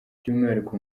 by’umwihariko